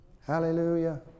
Hallelujah